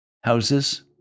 houses